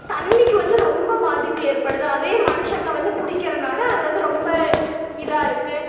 தண்ணிக்கு வந்து ரொம்ப பாதிப்பு ஏற்படுது அதையே மனுஷங்க வந்து குடிக்கிறனால் அதுவந்து ரொம்ப இதாக இருக்குது